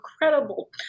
incredible